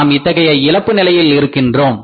நாம் அத்தகைய இழப்பு நிலையில் இருக்கின்றோம்